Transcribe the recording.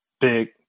Big